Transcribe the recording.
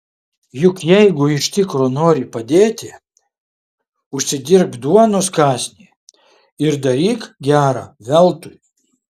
juk jeigu iš tikro nori padėti užsidirbk duonos kąsnį ir daryk gera veltui